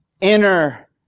inner